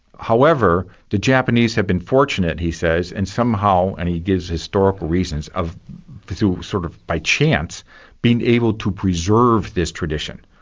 however, the japanese have been fortunate, he says, and somehow, and he gives historical reasons of sort of by chance being able to preserve this tradition.